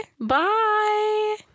Bye